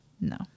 no